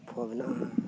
ᱜᱚᱞᱯᱷᱚ ᱢᱮᱱᱟᱜᱼᱟ